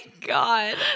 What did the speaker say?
God